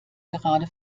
gerade